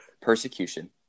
persecution